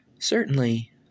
Certainly